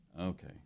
Okay